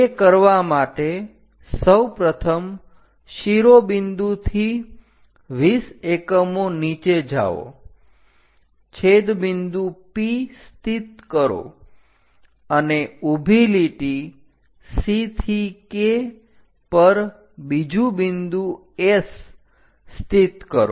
તે કરવા માટે સૌપ્રથમ શિરોબિંદુથી 20 એકમો નીચે જાઓ છેદબિંદુ P સ્થિત કરો અને ઉભી લીટી C થી K પર બીજુ બિંદુ S સ્થિત કરો